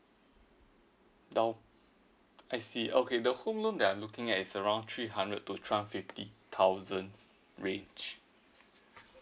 nope I see okay the home loan that I'm looking at is around three hundred to twelve fifty thousands range